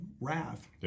wrath